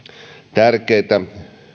tärkeitä